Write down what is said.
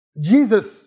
Jesus